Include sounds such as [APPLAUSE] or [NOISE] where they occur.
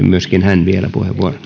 [UNINTELLIGIBLE] myöskin vielä puheenvuoron